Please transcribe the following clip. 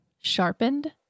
sharpened